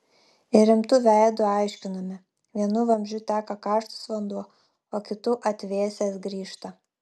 ir rimtu veidu aiškinome vienu vamzdžiu teka karštas vanduo o kitu atvėsęs grįžta